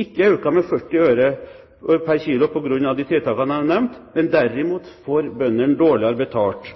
ikke økt med 40 øre pr. kg på grunn av de tiltakene som jeg har nevnt, men derimot får bøndene dårligere betalt.